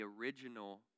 original